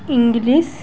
English